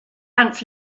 ants